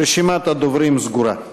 רשימת הדוברים סגורה.